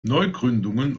neugründungen